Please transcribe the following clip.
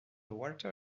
walter